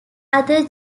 other